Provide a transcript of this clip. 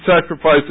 sacrifices